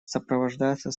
сопровождается